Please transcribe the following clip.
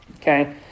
Okay